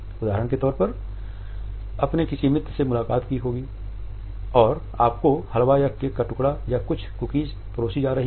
उदाहरण के तौर पर आपने किसी मित्र से मुलाकात की होगी और आपको हलवा या केक का टुकड़ा या कुछ कुकीज़ परोसी जा रही होंगी